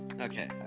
Okay